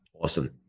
Awesome